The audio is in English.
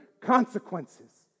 consequences